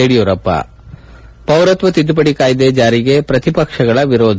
ಯಡಿಯೂರಪ್ಲ ಪೌರತ್ವ ತಿದ್ದುಪಡಿ ಕಾಯ್ದೆ ಜಾರಿಗೆ ಪ್ರತಿಪಕ್ಷಗಳ ವಿರೋಧ